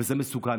וזה מסוכן.